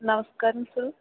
നമസ്കാരം സാർ